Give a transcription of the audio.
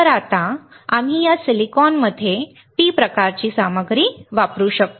तर आता आम्ही या सिलिकॉनमध्ये P प्रकारची सामग्री वापरू शकतो